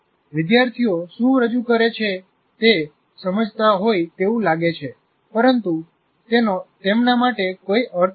વિદ્યાર્થીઓ શું રજૂ કરે છે તે સમજતા હોય તેવું લાગે છે પરંતુ તેનો તેમના માટે કોઈ અર્થ નથી